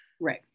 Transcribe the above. right